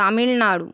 Tamil Nadu